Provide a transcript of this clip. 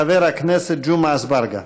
חבר הכנסת ג'מעה אזברגה.